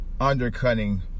undercutting